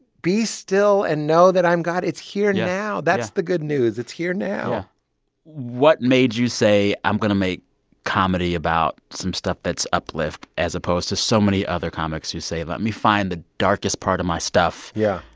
be still and know that i'm god. it's here now. that's the good news. it's here now what made you say i'm going to make comedy about some stuff that's uplift as opposed to so many other comics who say let me find the darkest part of my stuff. yeah.